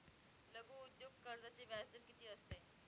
लघु उद्योग कर्जाचे व्याजदर किती असते?